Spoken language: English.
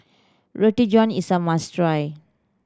Roti John is a must try